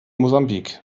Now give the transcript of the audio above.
mosambik